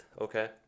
okay